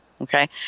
Okay